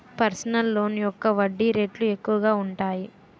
personal loan యొక్క వడ్డీ రేట్లు ఎక్కువగా ఉంటాయి